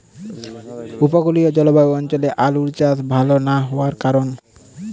উপকূলীয় জলবায়ু অঞ্চলে আলুর চাষ ভাল না হওয়ার কারণ?